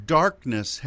darkness